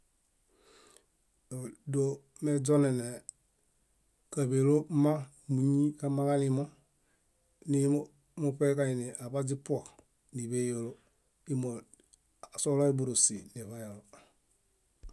Dó maźonene káḃelo mma múñi kamãġalimo nimuṗeġaini aḃaźipuo níḃeyolo ímo asohulayo bórosi niḃayolo.